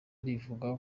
rivuga